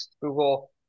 Google